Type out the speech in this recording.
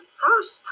first